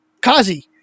Kazi